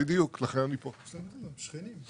לצמצום פערים.